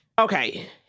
Okay